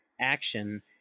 action